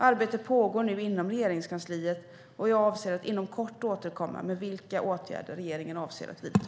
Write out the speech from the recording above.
Arbete pågår nu inom Regeringskansliet, och jag avser att inom kort återkomma med vilka åtgärder regeringen avser att vidta.